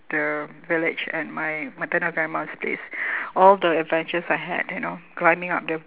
the village at my maternal grandma's place all the adventures I had you know climbing up the